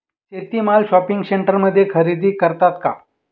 शेती माल शॉपिंग सेंटरमध्ये खरेदी करतात का?